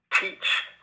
teach